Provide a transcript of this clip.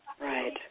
Right